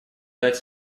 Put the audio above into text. дать